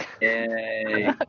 Yay